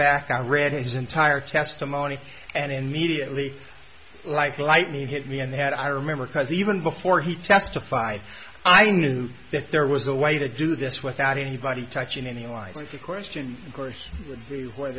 back i read his entire testimony and immediately like lightning hit me and that i remember because even before he testified i knew that there was a way to do this without anybody touching any lines with the question of course whe